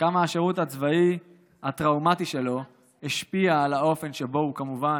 כמה השירות הצבאי הטראומטי שלו השפיע על האופן שבו הוא כמובן